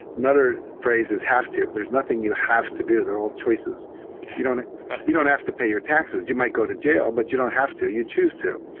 another phrase is have to. there's nothing you have to do. they're all choices you don't you don't have to pay your taxes. you might go to jail, but you don't have to, you choose to.